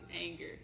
anger